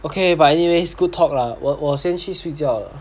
okay but anyway good talk lah 我我先去睡觉了